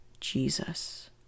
Jesus